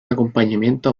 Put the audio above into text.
acompañamiento